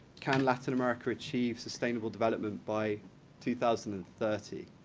can latin america achieve sustainable development by two thousand and thirty?